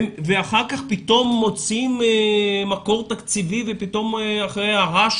ואחר כך פתאום מוצאים מקור תקציבי ואחרי הרעש